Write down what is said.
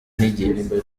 n’igihe